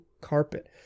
carpet